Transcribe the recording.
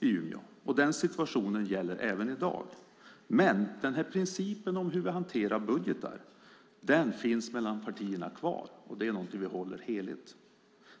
i Umeå. Den situationen gäller även i dag. Men principen för hur vi hanterar budgetar finns kvar mellan partierna, och det är någonting vi håller heligt.